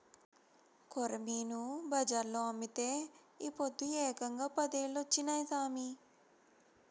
కొరమీను బజార్లో అమ్మితే ఈ పొద్దు ఏకంగా పదేలొచ్చినాయి సామి